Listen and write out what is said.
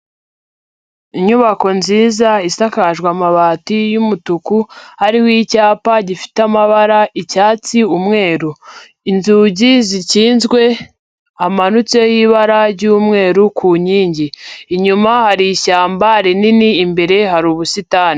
Inyubako nziza isakajwe amabati y'umutuku hariho icyapa gifite amabara icyatsi, umweru. Inzugi zikinzwe hamanutseho ibara ry'umweru ku nkingi, inyuma hari ishyamba rinini imbere hari ubusitani.